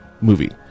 movie